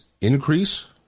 increase